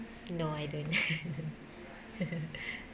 no I don't